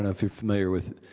and familiar with.